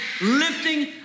lifting